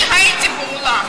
אני הייתי באולם.